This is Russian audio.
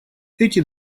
эти